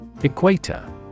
Equator